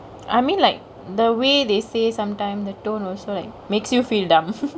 I mean like the way they say sometimes the tone also like makes you feel dumb